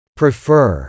prefer